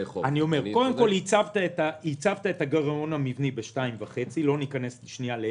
חוב -- קודם כול ייצבת את הגירעון המבני ב-2.5% ועכשיו